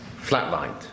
flatlined